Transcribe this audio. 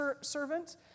servant